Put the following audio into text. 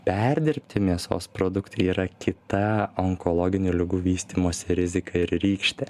perdirbti mėsos produktai yra kita onkologinių ligų vystymosi rizika ir rykštė